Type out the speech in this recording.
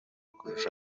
kurusha